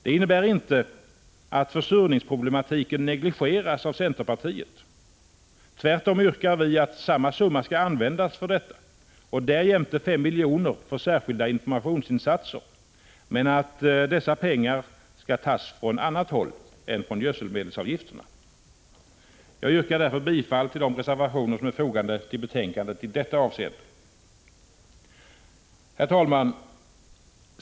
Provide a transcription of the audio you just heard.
Det innebär inte att försurningsproblematiken negligeras av centerpartiet. Tvärtom yrkar vi att samma summa skall användas för detta och därjämte fem miljoner för särskilda informationsinsatser men att dessa pengar skall tas från annat håll än från gödselmedelsavgifterna. Jag yrkar bifall till de reservationer som är fogade till betänkandet i detta avseende. Herr talman!